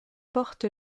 porte